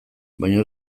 baina